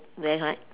there right